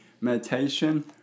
Meditation